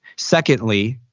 secondly,